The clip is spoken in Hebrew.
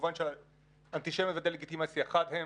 כמובן שאנטישמיות ודה-לגיטימציה חד הם,